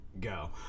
go